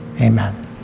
Amen